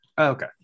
Okay